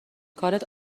کارت